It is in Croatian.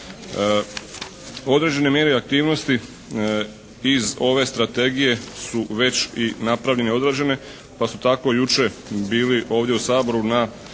Određene mjere i aktivnosti iz ove strategije su već i napravljene i odrađene pa su tako i jučer bili ovdje u Saboru na